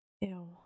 Ew